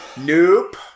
Nope